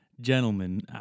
gentlemen